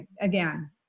again